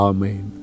Amen